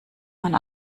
man